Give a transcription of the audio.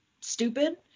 stupid